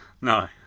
No